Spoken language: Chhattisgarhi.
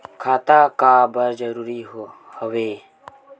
खाता का बर जरूरी हवे?